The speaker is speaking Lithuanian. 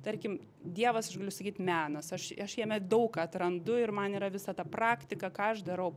tarkim dievas aš galiu sakyt menas aš aš jame daug ką atrandu ir man yra visa ta praktika ką aš darau